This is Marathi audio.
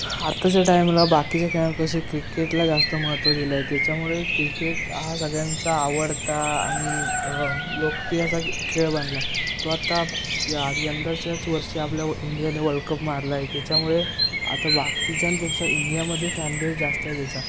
आत्ताच्या टाईमला बाकीच्या खेळांपेक्षा क्रिकेटला जास्त महत्त्व दिलं आहे त्याच्यामुळे क्रिकेट हा सगळ्यांचा आवडता आणि लोकप्रिय असा खेळ बनला तो आत्ता या यंदाच्याच वर्षी आपल्या इंडियाने वर्ल्डकप मारला आहे त्याच्यामुळे आता बाकीच्यांपेक्षा इंडियामध्ये फॅनबेस जास्त आहे त्याचा